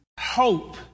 hope